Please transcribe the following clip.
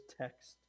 text